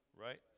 Right